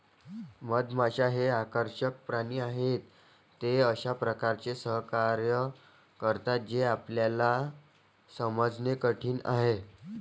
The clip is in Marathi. मधमाश्या हे आकर्षक प्राणी आहेत, ते अशा प्रकारे सहकार्य करतात जे आपल्याला समजणे कठीण आहे